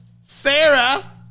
Sarah